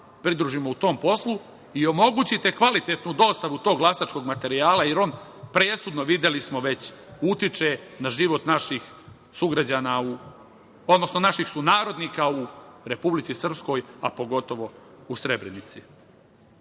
pridružimo u tom poslu i omogućite kvalitetnu dostavu tog glasačkog materijala, jer on presudno, videli smo već, utiče na život naših sugrađana, odnosno naših sunarodnika u Republici Srpskoj, a pogotovo u Srebrenici. Ja